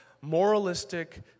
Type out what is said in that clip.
moralistic